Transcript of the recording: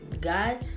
God